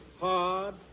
hard